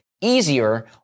easier